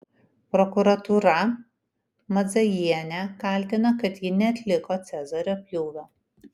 prokuratūra madzajienę kaltina kad ji neatliko cezario pjūvio